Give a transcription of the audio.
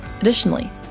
Additionally